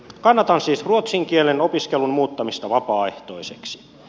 kannatan siis ruotsin kielen opiskelun muuttamista vapaaehtoiseksi